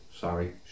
sorry